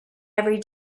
every